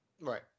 Right